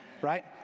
right